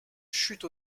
chute